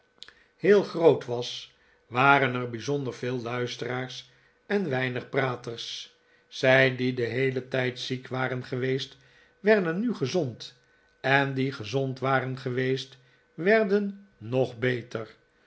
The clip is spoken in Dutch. groot was waren er bijzonder veel luiste'raars en weinig praters zij die den heelen tijd ziek waren geweest werden nu gezond en die gezond waren geweest werden nog beter